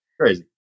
crazy